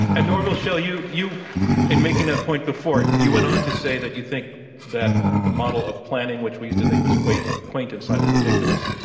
and orville schell, you, in making that point before, you went on to say that you think that the model of planning, which we used to think was quaint quaint and slightly ridiculous,